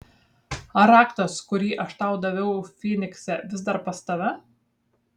ar raktas kurį aš tau daviau fynikse vis dar pas tave